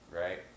right